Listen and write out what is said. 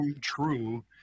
true